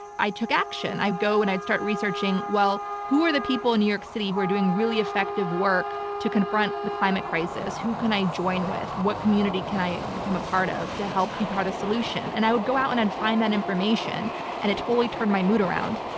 i took action. i'd go and i'd start researching, well, who are the people in new york city who are doing really effective work to confront the climate crisis? who can i join with? what community can i become a part of to help be part of a solution? and i would go out and i'd find that information and it totally turned my mood around.